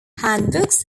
handbooks